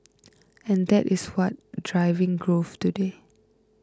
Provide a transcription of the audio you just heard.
and that is what driving growth today